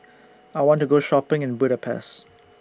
I want to Go Shopping in Budapest